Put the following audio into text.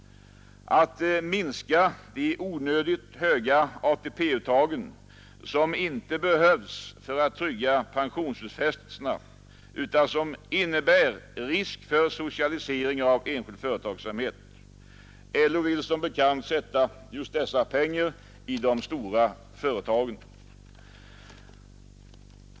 Att minska de onödigt höga ATP-uttagen, som inte behövs för att trygga pensionsutfästelserna utan som innebär risk för socialisering av enskild företagsamhet. LO vill som bekant sätta in just dessa pengar i de stora företagen.